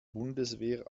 bundeswehr